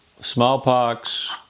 smallpox